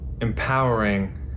empowering